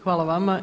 Hvala vama.